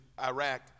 Iraq